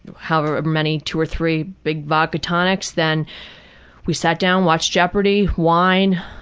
however many, two or three big vodka-tonics, then we sat down, watched jeopardy, wine,